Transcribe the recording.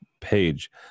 page